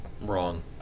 wrong